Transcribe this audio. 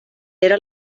era